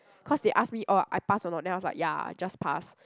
cause they asked me orh I pass or not then I was like ya I just pass